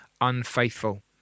unfaithful